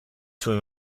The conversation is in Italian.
suoi